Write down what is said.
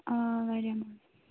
آ واریاہ